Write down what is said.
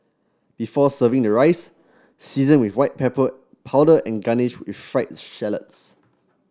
before serving the rice season with white pepper powder and garnish with fried shallots